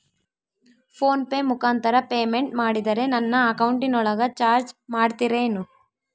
Phone pay ಮುಖಾಂತರ payment ಮಾಡಿದರೆ ನನ್ನ ಅಕೌಂಟಿನೊಳಗ ಚಾರ್ಜ್ ಮಾಡ್ತಿರೇನು?